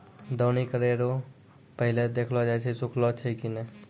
दौनी करै रो पहिले देखलो जाय छै सुखलो छै की नै